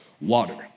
water